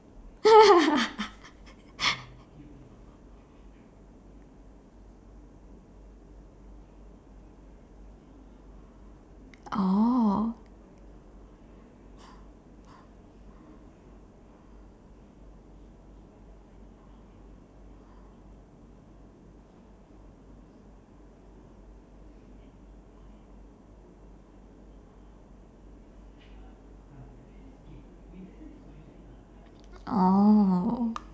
oh